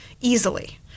easily